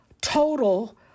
total